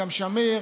גם שמיר,